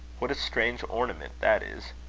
what a strange ornament that is!